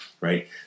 right